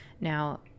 Now